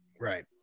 Right